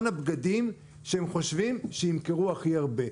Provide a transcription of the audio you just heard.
הבגדים שהם חושבים שימכרו הכי הרבה.